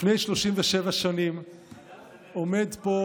לפני 37 שנים, מה,